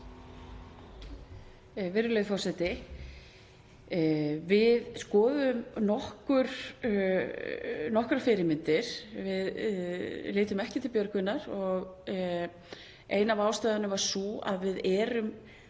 Við skoðuðum nokkrar fyrirmyndir. Við litum ekki til Björgvinjar og ein af ástæðunum er sú að við erum